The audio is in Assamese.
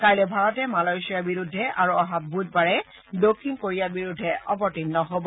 কাইলৈ ভাৰতে মালয়েছিয়াৰ বিৰুদ্ধে আৰু অহা বুধবাৰে দক্ষিণ কোৰিয়াৰ বিৰুদ্ধে অৱতীৰ্ণ হব